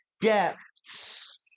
depths